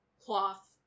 cloth